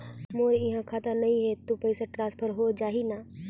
मोर इहां खाता नहीं है तो पइसा ट्रांसफर हो जाही न?